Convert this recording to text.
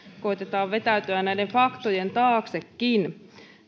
koettakaamme vetäytyä näiden faktojenkin taakse